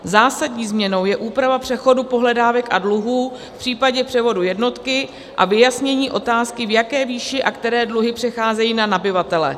Zásadní změnou je úprava přechodu pohledávek a dluhů v případě převodu jednotky a vyjasnění otázky, v jaké výši a které dluhy přecházejí na nabyvatele.